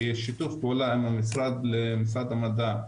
בשיתוף פעולה עם משרד המדע,